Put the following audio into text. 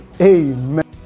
Amen